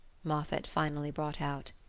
moffatt finally brought out.